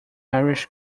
irish